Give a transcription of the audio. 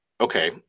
okay